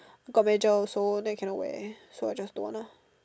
got major also then can not wear so I just don't want lah